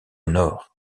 nord